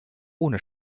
ohne